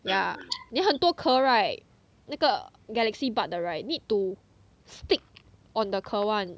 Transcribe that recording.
yeah then 很多壳 right 那个 galaxy bud 的 right need to stick on the 壳 [one]